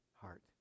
heart